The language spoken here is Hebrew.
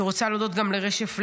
אני רוצה להודות גם לרשף לוי,